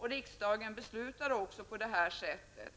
Riksdagen beslutade också på det sättet.